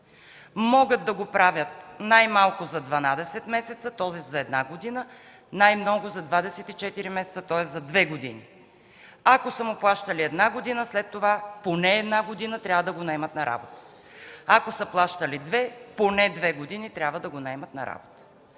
Могат да го правят най-малко за 12 месеца, тоест за една година, най-много за 24 месеца, тоест за две години. Ако са му плащали една година, след това поне една година трябва да го наемат на работа. Ако са плащали две, поне две години трябва да го наемат на работа.